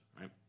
Right